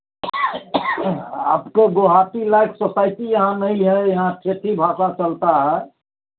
आपके Guwahati life society यहाँ नहीं है यहाँ क्षेत्रीय भाषा चलता है